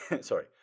Sorry